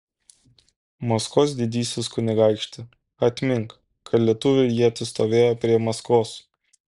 maskvos didysis kunigaikšti atmink kad lietuvių ietis stovėjo prie maskvos